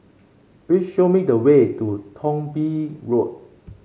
please show me the way to Thong Bee Road